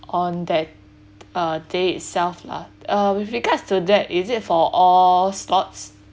on that uh day itself lah uh with regards to that is it for all spots